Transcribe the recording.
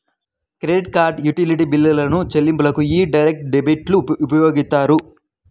credit card, utility బిల్లుల చెల్లింపులకు యీ డైరెక్ట్ డెబిట్లు ఉపయోగిత్తారు